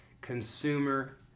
consumer